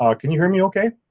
ah can you hear me okay?